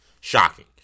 Shocking